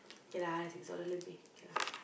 kay lah siz dollar lebih kay lah